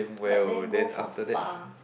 let them go for spa